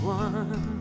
one